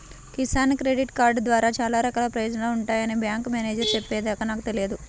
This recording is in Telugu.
కిసాన్ క్రెడిట్ కార్డు ద్వారా చాలా రకాల ప్రయోజనాలు ఉంటాయని బ్యాంకు మేనేజేరు చెప్పే దాకా నాకు తెలియదు